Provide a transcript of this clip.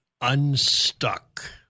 unstuck